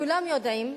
כולם יודעים,